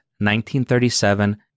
1937